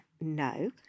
no